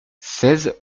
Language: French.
seize